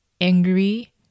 angry